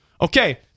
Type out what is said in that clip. Okay